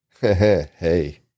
Hey